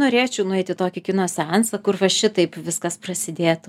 norėčiau nueit į tokį kino seansą kur va šitaip viskas prasidėtų